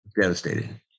devastated